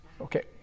Okay